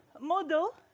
model